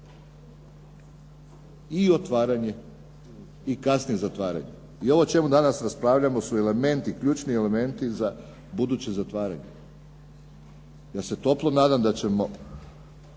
I otvaranje i kasnije zatvaranje. I ovo o čemu danas raspravljamo su elementi, ključni elementi za buduće zatvaranje. Ja se toplo nadam da ćemo,